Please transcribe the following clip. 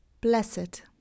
Blessed